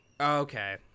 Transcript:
Okay